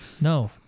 No